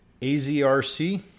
AZRC